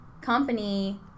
company